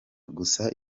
gusa